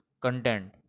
content